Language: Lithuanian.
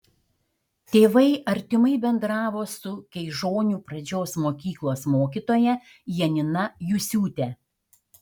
tėvai artimai bendravo su keižonių pradžios mokyklos mokytoja janina jusiūte